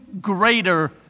greater